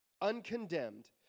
uncondemned